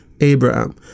Abraham